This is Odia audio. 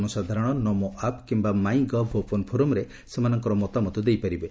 ଜନସାଧାରଣ 'ନମୋ ଆପ୍' କିମ୍ଘା 'ମାଇଁ ଗଭ୍ ଓପନ୍ ଫୋରମ୍'ରେ ସେମାନଙ୍କର ମତାମତ ଦେଇପାରିବେ